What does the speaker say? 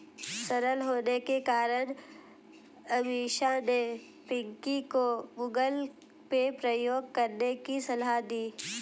सरल होने के कारण अमीषा ने पिंकी को गूगल पे प्रयोग करने की सलाह दी